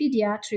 pediatric